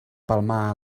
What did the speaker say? palmar